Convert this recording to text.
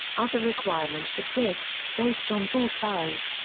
other requirements exist, based on pool size,